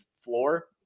floor